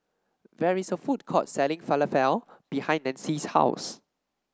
there is a food court selling Falafel behind Nancie's house